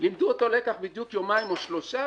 לימדו אותו לקח בדיוק יומיים או שלושה,